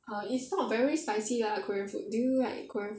err it's not very spicy lah korean food do you like korean food